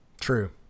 True